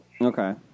Okay